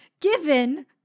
Given